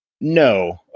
No